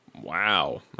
Wow